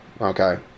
okay